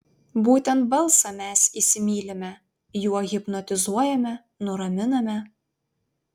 būtent balsą mes įsimylime juo hipnotizuojame nuraminame